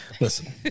listen